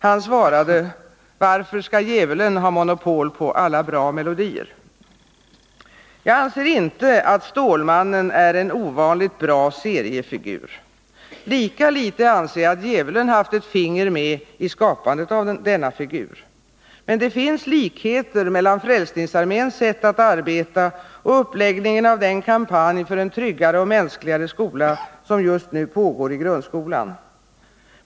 Han svarade: ”Varför skall djävulen ha monopol på alla bra melodier?” Nr 19 Jag anser inte att Stålmannen är en ovanligt bra seriefigur. Lika litet anser Fredagen den jag att djävulen haft ett finger med i skapandet av denna figur. Men det finns 7 november 1980 likheter mellan Frälsningsarméns sätt att arbeta och uppläggningen av den kampanj för en tryggare och mänskligare skola som just nu pågår i grundskolan.